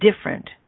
different